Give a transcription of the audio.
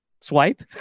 Swipe